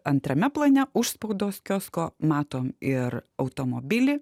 antrame plane už spaudos kiosko matom ir automobilį